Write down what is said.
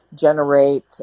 generate